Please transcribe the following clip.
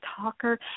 talker